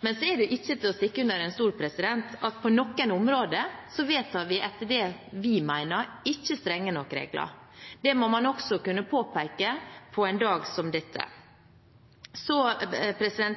Men så er det ikke til å stikke under stol at på noen områder vedtar vi, etter det vi mener, ikke strenge nok regler. Det må man også kunne påpeke på en dag som denne. Så